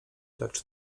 lecz